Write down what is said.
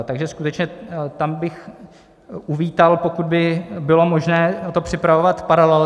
Takže skutečně tam bych uvítal, pokud by bylo možné to připravovat paralelně.